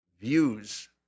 views